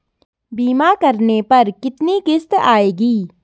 बीमा करने पर कितनी किश्त आएगी?